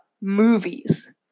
movies